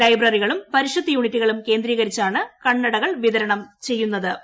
ലൈബ്രറികളും പരിഷത്ത് യൂണിറ്റുകളും കേന്ദ്രീകരിച്ചാണ് കണ്ണടകൾ വിതരണം ചെയ്തത്